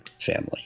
family